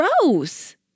gross